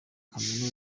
kaminuza